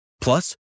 Plus